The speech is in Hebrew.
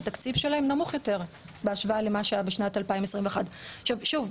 נמוך יותר בהשוואה למה שהיה בשנת 2021. שוב,